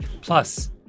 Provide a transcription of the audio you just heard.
Plus